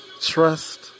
Trust